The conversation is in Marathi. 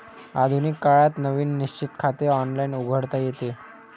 आधुनिक काळात नवीन निश्चित खाते ऑनलाइन उघडता येते